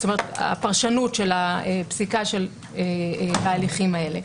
זאת אומרת, הפרשנות של הפסיקה בהליכים האלה.